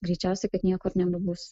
greičiausiai kad nieko ir nebebus